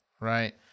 Right